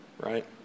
right